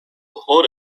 hold